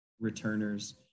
returners